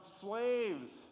slaves